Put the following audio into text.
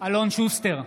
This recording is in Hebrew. אלון שוסטר,